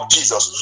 Jesus